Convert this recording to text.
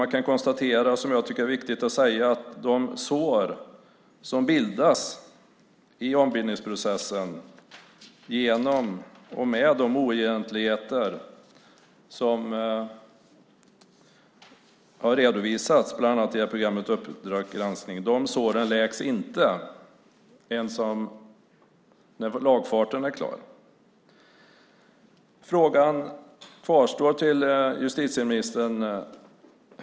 Man kan konstatera, som jag tycker är viktigt att säga, att de sår som bildas i ombildningsprocessen genom de oegentligheter som har redovisats bland annat i programmet Uppdrag granskning inte läks ens när lagfarten är klar. Frågorna kvarstår till justitieministern.